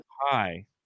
hi